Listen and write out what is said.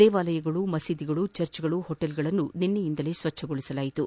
ದೇವಾಲಯಗಳು ಮಸೀದಿಗಳು ಚರ್ಚ್ಗಳು ಹೋಟೆಲ್ಗಳನ್ನು ನಿನ್ನೆಯಿಂದಲೇ ಸ್ವಚ್ಛಗೊಳಿಸಲಾಯಿತು